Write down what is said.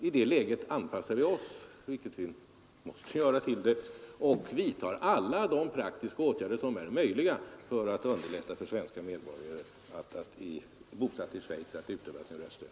I det läget anpassar vi oss — vilket vi måste göra — till detta och vidtar alla de praktiska åtgärder som är möjliga för att underlätta för svenska medborgare som är bosatta i Schweiz att utöva sin rösträtt.